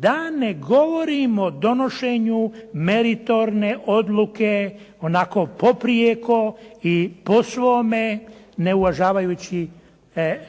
da ne govorim o donošenju meritorne odluke onako poprijeko i po svome ne uvažavajući